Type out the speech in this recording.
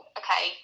okay